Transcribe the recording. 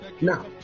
now